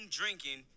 drinking